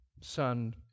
son